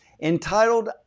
entitled